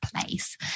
place